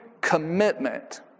commitment